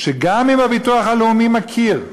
גם אם הביטוח הלאומי מכיר,